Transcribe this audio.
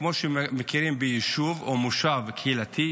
כמו שמכירים ביישוב או מושב קהילתי,